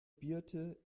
birte